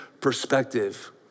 perspective